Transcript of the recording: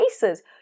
cases